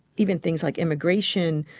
even things like immigration,